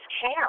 care